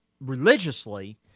religiously